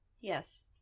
Yes